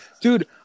Dude